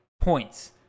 points